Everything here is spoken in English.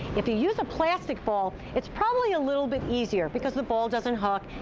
if you use a plastic ball, it's probably a little bit easier because the ball doesn't hook,